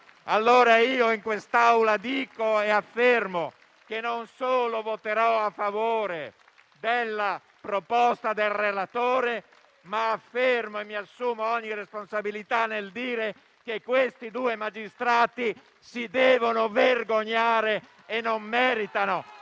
Allora in quest'Aula non solo dico che non solo voterò a favore della proposta del relatore, ma mi assumo ogni responsabilità nell'affermare che quei due magistrati si devono vergognare e non meritano